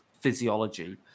physiology